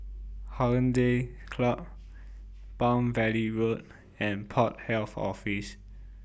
Hollandse Club Palm Valley Road and Port Health Office